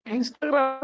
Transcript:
Instagram